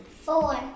Four